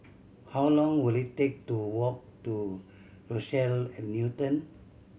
how long will it take to walk to Rochelle at Newton